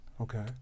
Okay